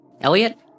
Elliot